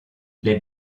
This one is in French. les